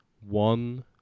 one